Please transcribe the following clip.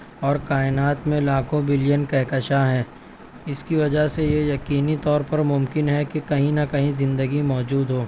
اور کائنات میں لاکھوں بلین کہکشاں ہیں اس کی وجہ سے یہ یقینی طور پر ممکن ہے کہ کہیں نہ کہیں زندگی موجود ہو